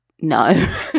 No